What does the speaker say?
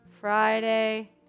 Friday